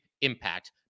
impact